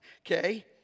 okay